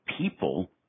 people